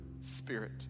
spirit